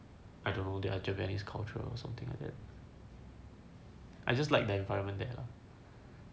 I don't know their japanese culture or something like that I just like their environment there lah